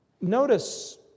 Notice